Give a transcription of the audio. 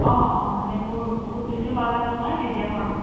অ' অ' মানে মোৰ বহুত বেছিও বাজেট নহয় মেডিয়াম আৰু